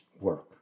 work